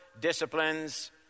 disciplines